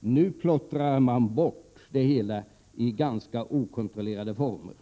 Nu plottras det hela bort undet okontrollerade former.